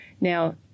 Now